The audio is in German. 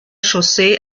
chaussee